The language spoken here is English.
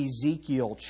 Ezekiel